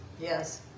Yes